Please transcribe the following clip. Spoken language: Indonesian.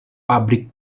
pabrik